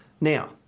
Now